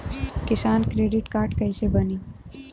किसान credit card कइसे बानी?